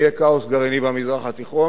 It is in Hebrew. יהיה כאוס גרעיני במזרח התיכון,